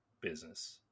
business